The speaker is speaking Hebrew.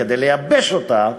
כדי לייבש אותה,